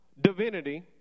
Divinity